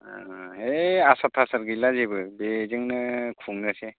ओं ओइ आसार थासार गैला जेबो बेजोंनो खुंनोसै